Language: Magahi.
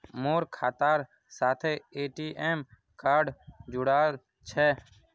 मोर खातार साथे ए.टी.एम कार्ड जुड़ाल छह